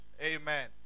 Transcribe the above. Amen